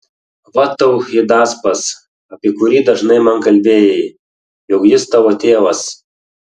va tau hidaspas apie kurį dažnai man kalbėjai jog jis tavo tėvas